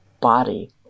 body